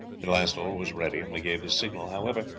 at last all was ready, and we gave the signal. however,